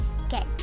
Okay